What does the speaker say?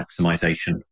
maximization